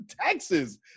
Taxes